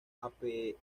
apeadero